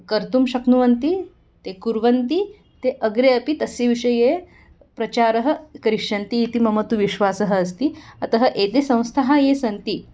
कर्तुं शक्नुवन्ति ते कुर्वन्ति ते अग्रे अपि तस्य विषये प्रचारः करिष्यन्ति इति मम तु विश्वासः अस्ति अतः एताः संस्थाः याः सन्ति